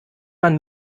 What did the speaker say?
man